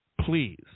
Please